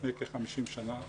לפני כ-50 שנה,